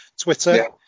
Twitter